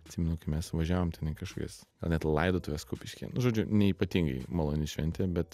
atsimenu kai mes važiavom ten į kažkokias ar net laidotuves kupiškyje nu žodžiu neypatingai maloni šventė bet